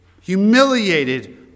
humiliated